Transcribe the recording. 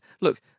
look